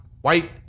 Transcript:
white